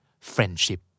friendship